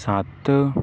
ਸੱਤ